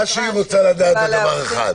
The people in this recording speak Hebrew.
מה שהיא רוצה לדעת זה דבר אחד,